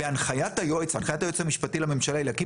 בהנחיית היועץ המשפטי לממשלה אליקים